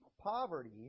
poverty